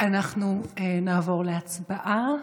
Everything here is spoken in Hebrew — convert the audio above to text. אנחנו נעבור להצבעה.